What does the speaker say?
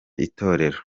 itorero